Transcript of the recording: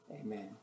Amen